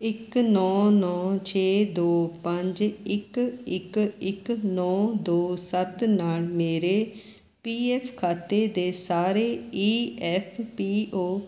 ਇੱਕ ਨੌ ਨੌ ਛੇ ਦੋ ਪੰਜ ਇੱਕ ਇੱਕ ਇੱਕ ਨੌ ਦੋ ਸੱਤ ਨਾਲ ਮੇਰੇ ਪੀ ਐੱਫ ਖਾਤੇ ਦੇ ਸਾਰੇ ਈ ਐੱਫ ਪੀ ਓ